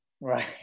right